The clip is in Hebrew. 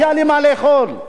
ליהודי אתיופיה,